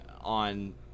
on